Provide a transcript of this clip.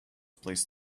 placed